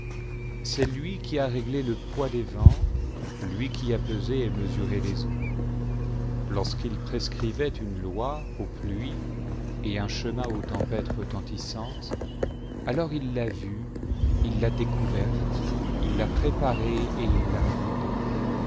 c'est lui qui a réglé le poids des vents lui qui a pesé et mesuré les eaux lorsqu'il prescrivait une loi aux pluies et un chemin aux tempêtes retentissantes alors il l'a vue il l'a découverte il l'a piéparée et